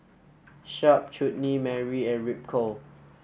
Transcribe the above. Sharp Chutney Mary and Ripcurl